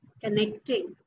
connecting